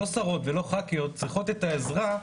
לא שרות ולא ח"כיות צריכות את העזרה,